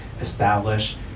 establish